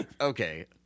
okay